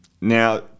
now